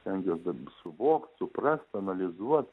stengiuos ben suvokt suprast analizuot